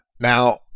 Now